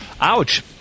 Ouch